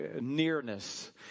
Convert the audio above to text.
nearness